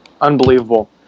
Unbelievable